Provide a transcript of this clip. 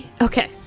okay